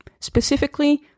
Specifically